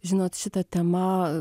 žinot šita tema